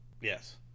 Yes